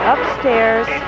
Upstairs